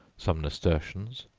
some nasturtions,